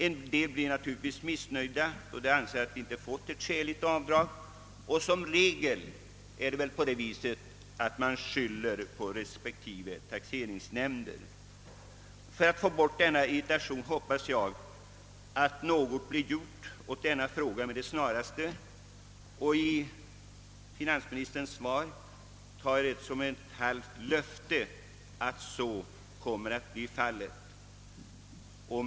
En del blir naturligtvis missnöjda, då de anser att de inte erhållit skäligt avdrag, och som regel skyller man på taxeringsnämnden. Jag hoppas att något snarast görs åt frågan, så att irritationsmomenten kan elimineras. Finansministerns svar tar jag som ett halvt löfte om att så kommer att bli fallet. Herr talman!